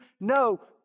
no